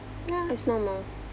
ya it's normal